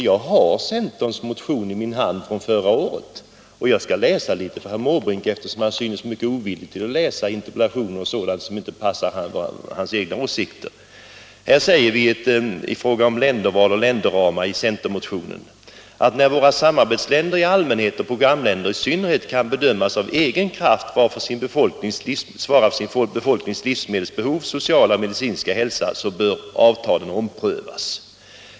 Jag har centerns motion från förra året i min hand. Jag skall läsa litet Internationellt utvecklingssamar ur den för herr Måbrink, eftersom han synes vara mycket ovillig att läsa interpellationer och sådant som inte passar hans egna åsikter. I motionen säger vi i fråga om länderval och länderramar: ”När våra samarbetsländer i allmänhet och programländer i synnerhet kan bedömas av egen kraft svara för sin befolknings livsmedelsbehov, sociala och medicinska hälsa bör avtalen omprövas.